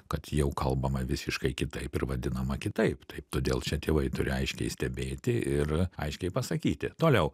kad jau kalbama visiškai kitaip ir vadinama kitaip taip todėl čia tėvai turi aiškiai stebėti ir aiškiai pasakyti toliau